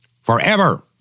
forever